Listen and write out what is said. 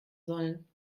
sollen